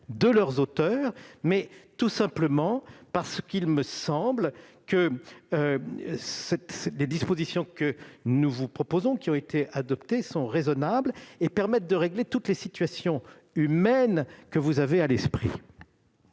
de leurs auteurs, mais tout simplement parce qu'il me semble que les dispositions qui ont été adoptées en commission sont raisonnables et permettent de régler toutes les situations humaines que vous avez à l'esprit.